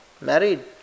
married